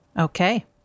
Okay